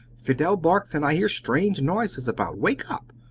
fidel barks, and i hear strange noises about. wake up!